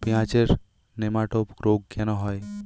পেঁয়াজের নেমাটোড রোগ কেন হয়?